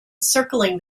circling